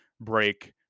break